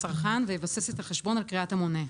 המשמש את הצרכן ויבסס את החשבון על קריאת המונה.